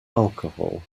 alcohol